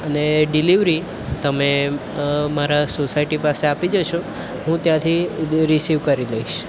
અને ડિલેવરી તમે મારા સોસાયટી પાસે આપી જશો હું ત્યાંથી રિસીવ કરી લઇશ